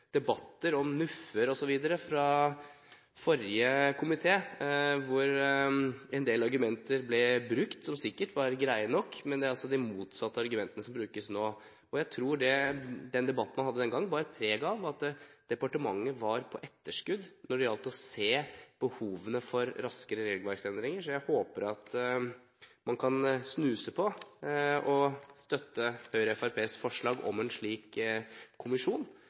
debatter om NUF-er osv. fra forrige komité, hvor en del argumenter, som sikkert var greie nok, ble brukt, men det er altså de motsatte argumentene som brukes nå. Jeg tror den debatten man hadde den gang, bar preg av at departementet var på etterskudd når det gjaldt å se behovene for raskere regelverksendringer. Jeg håper at man kan snuse på å støtte Høyre og Fremskrittspartiets forslag om en slik kommisjon,